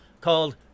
called